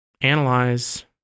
analyze